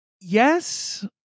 Yes